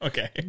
Okay